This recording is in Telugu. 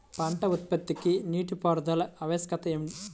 పంట ఉత్పత్తికి నీటిపారుదల ఆవశ్యకత ఏమి?